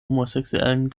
homosexuellen